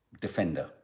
defender